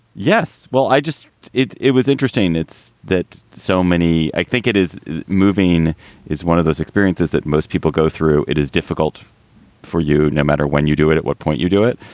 yes. well, i just it it was interesting, it's that so many. i think it is moving is one of those experiences that most people go through. it is difficult for you. no matter when you do it, at what point you do it.